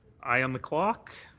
eye on the clock.